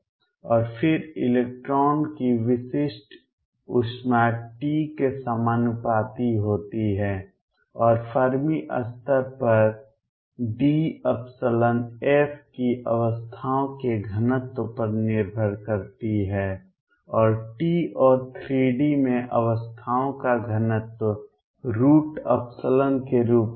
और फिर इलेक्ट्रॉन की विशिष्ट ऊष्मा T के समानुपाती होती है और फर्मी स्तर पर D की अवस्थाओं के घनत्व पर निर्भर करती है और T और 3 D में अवस्थाओं का घनत्व के रूप में था